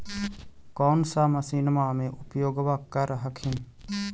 कौन सा मसिन्मा मे उपयोग्बा कर हखिन?